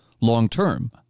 long-term